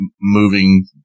moving